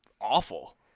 awful